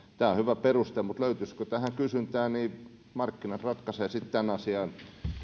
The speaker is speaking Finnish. tämä on hyvä peruste mutta sen asian löytyisikö tähän kysyntää markkinat ratkaisevat sitten